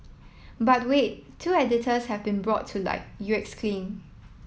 but wait two editors have been brought to light you exclaim